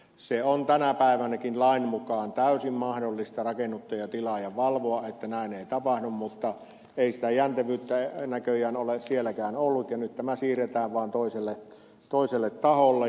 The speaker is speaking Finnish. se on tänä päivänäkin lain mukaan täysin mahdollista rakennuttaja tilaajan valvoa että näin ei tapahdu mutta ei sitä jäntevyyttä näköjään ole sielläkään ollut ja nyt tämä siirretään vain toiselle taholle